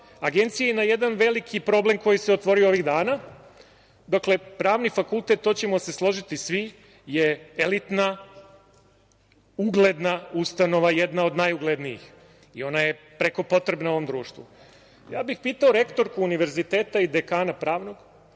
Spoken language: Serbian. Agencije na jedan veliki problem koji se otvorio ovih dana. Dakle, Pravni fakultet to ćemo se složiti svi je elitna, ugledna ustanova, jedna od najuglednijih i ona je preko potrebna ovom društvu. Pitao bih rektorku Univerziteta i dekana Pravnog